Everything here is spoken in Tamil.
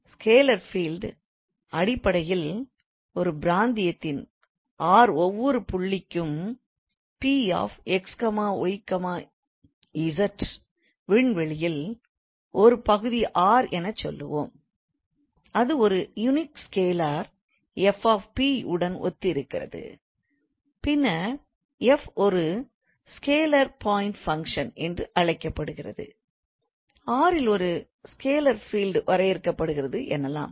ஸ்கேலர் ஃபீல்ட் அடிப்படையில் ஒரு பிராந்தியத்தின் R ஒவ்வொரு புள்ளிக்கும் P𝑥 𝑦 𝑧 விண்வெளியில் ஒரு பகுதி R எனச்சொல்வோம் அது ஒரு யுனிக் ஸ்கேலர் 𝑓 𝑃 உடன் ஒத்திருக்கிறது பின்னர் f ஒரு ஸ்கேலர் பாயிண்ட் பங்க்ஷன் என்று அழைக்கப்படுகிறது R இல் ஒரு ஸ்கேலர் ஃபீல்ட் வரையறுக்கப்படுகிறது எனலாம்